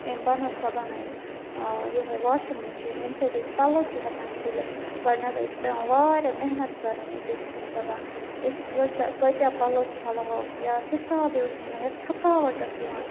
أمۍ بَنٲو سۄ بَنٲو أمۍ یِہَے واشِنٛگ مِشیٖن ییٚمہِ سۭتۍ أسۍ پَلو چھِ ہٮ۪کان چھٔلِتھ گۄڈٕنٮ۪تھ ٲسۍ پٮ۪وان واریاہ محنت کَرٕنۍ أسۍ ٲسۍ دَپان أسۍ کٲژاہ کۭتیاہ پَلو چھَلٕہو یا حِسابے اوس نہٕ یِوان یا تھکاوَٹ ٲس یِوان